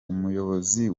umuyobozi